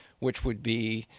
which would be